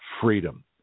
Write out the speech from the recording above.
Freedom